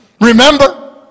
Remember